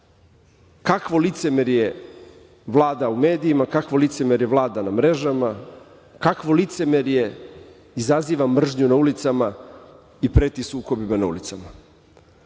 kakvo licemerje vlada u medijima i kakvo licemerje vlada na mrežama, kakvo licemerje izražava mržnju na ulicama i preti sukobima na ulicama. Hteli